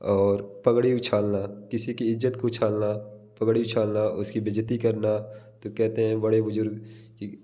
और पगड़ी उछालना किसी की इज्ज़त को उछालना पगड़ी उछालना उसकी बेइज्ज़ती करना तो कहते हैं बड़े बुजुर्ग कि